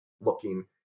looking